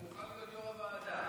אני מוכן להיות יו"ר הוועדה.